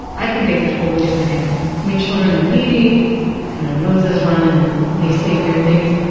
i think it's a totally different animal. i mean, children are needy and their noses run and they say weird things.